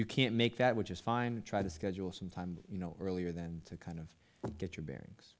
you can't make that which is fine try to schedule some time you know earlier than to kind of get your bearings